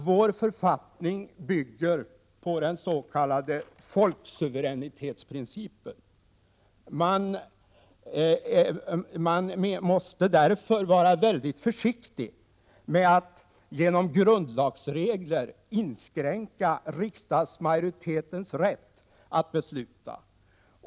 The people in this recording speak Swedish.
Vår författning bygger på den s.k. folksuveränitetsprincipen. Vi måste därför vara mycket försiktiga med att genom införande av grundlagsregler inskränka riksdagsmajoritetens rätt att besluta.